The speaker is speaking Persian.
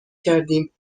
کردیم